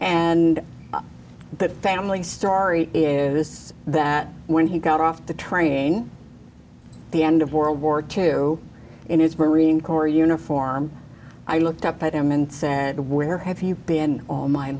that family story is that when he got off the train the end of world war two in his green corps uniform i looked up at him and said where have you been all my